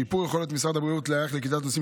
לשיפור יכולות משרד הבריאות להיערך לקליטת נוסעים